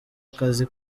akazi